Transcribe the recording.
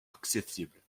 accessible